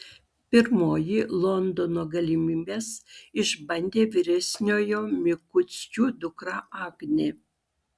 pirmoji londono galimybes išbandė vyresniojo mikuckių dukra agnė